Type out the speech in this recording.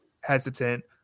hesitant –